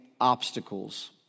obstacles